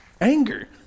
anger